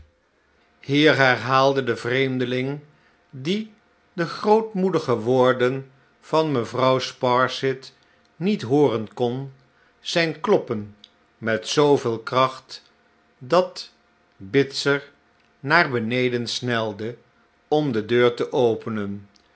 hier herhaalde de vreemdeling die de grootmoedige woorden van mevrouw sparsit niet hooren kon zijn kloppen met zooveel kracht dat bitzer naar beneden snelde om de deur te openen